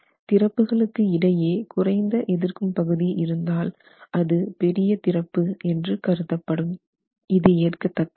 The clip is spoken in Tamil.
திறப்புகளுக்கு இடையே குறைந்த எதிர்க்கும் பகுதி இருந்தால் அது பெரிய திறப்பு என்று கருதப்படும் இது ஏற்கத்தக்கது அல்ல